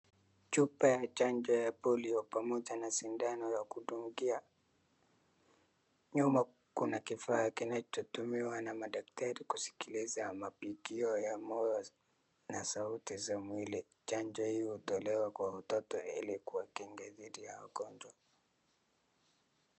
chupa ya chanjo ya polio pamoja na sindano ya kudungia. Nyuma kuna kifaa kinachotumiwa na madaktari kusikiliza mapigo ya moyo na sauti za mwili. Chanjo hii hutolewa kwa watoto ili kuwakinga dhidi ya ugonjwa.